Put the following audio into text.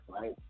right